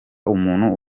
umuntu